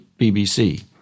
BBC